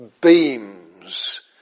beams